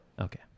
Okay